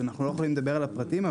אז אנחנו לא יכולים לדבר על הפרטים.